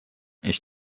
ich